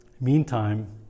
Meantime